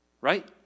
right